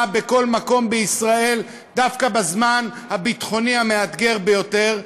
בכל מקום בישראל דווקא בזמן הביטחוני המאתגר ביותר,